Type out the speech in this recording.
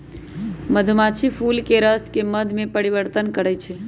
मधुमाछी फूलके रसके मध में परिवर्तन करछइ